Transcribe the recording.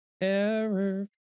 error